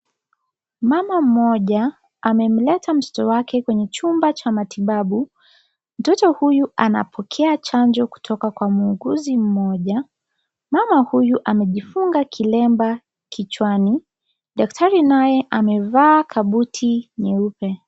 Mama mmoja amemleta mtoto wake kwenye jumba cha matibabu . Mtoto huyu anapokea chanjo kutoka Kwa muuguzi mmoja ,mama huyu amejifunga kilemba kichwani . Daktari naye amevaa kabuti nyeupe.